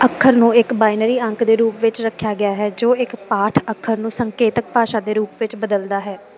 ਅੱਖਰ ਨੂੰ ਇੱਕ ਬਾਈਨਰੀ ਅੰਕ ਦੇ ਰੂਪ ਵਿੱਚ ਰੱਖਿਆ ਗਿਆ ਹੈ ਜੋ ਇੱਕ ਪਾਠ ਅੱਖਰ ਨੂੰ ਸੰਕੇਤਕ ਭਾਸ਼ਾ ਦੇ ਰੂਪ ਵਿੱਚ ਬਦਲਦਾ ਹੈ